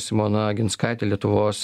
simona aginskaitė lietuvos